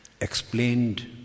explained